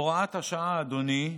הוראת השעה, אדוני,